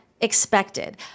expected